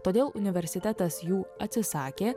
todėl universitetas jų atsisakė